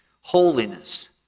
holiness